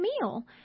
meal